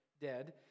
dead